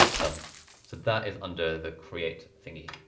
done. so that is under the create thingy.